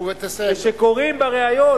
וכשקוראים בריאיון